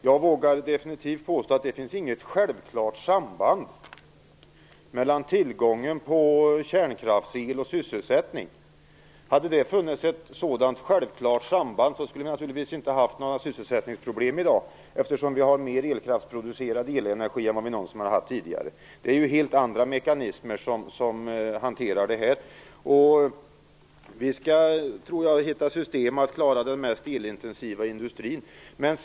Jag vågar definitivt påstå att det inte finns något självklart samband mellan tillgången på kärnkraftsel och sysselsättningen. Om det hade funnits ett sådant självklart samband skulle vi i dag naturligtvis inte ha haft några sysselsättningsproblem. Vi har ju mer elkraftsproducerad elenergi än vi någonsin haft. Det är alltså helt andra mekanismer som hanterar detta. Jag tror att vi kommer att hitta system så att vi klarar den mest elintensiva industrin.